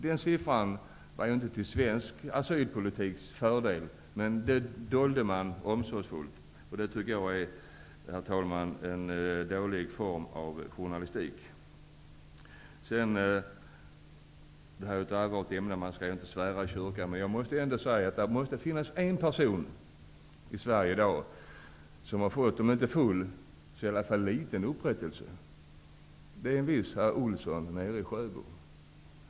Den siffran var inte till fördel för svensk asylpolitik, men det dolde man omsorgsfullt. Det var, herr talman, en dålig form av journalistik. Det här är ett allvarligt ämne, och man skall inte svära i kyrkan. Men jag måste säga att det finns en person i Sverige som i dag har fått om inte full så i alla fall någon upprättelse. Det är en viss herr Olsson i Sjöbo.